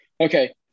Okay